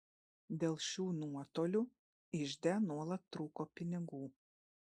dėl šių nuotolių ižde nuolat trūko pinigų